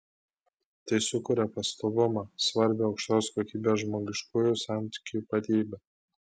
tai sukuria pastovumą svarbią aukštos kokybės žmogiškųjų santykių ypatybę